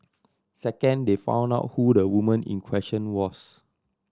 second they found out who the woman in question was